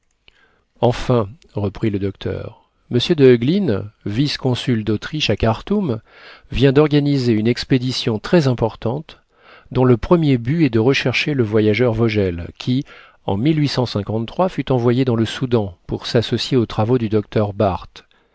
enfin reprit le docteur m de heuglin vice consul d'autriche à karthoum vient d'organiser une expédition très importante dont le premier but est de rechercher le voyageur vogel qui en fut envoyé dans le soudan pour s'associer aux travaux du docteur barth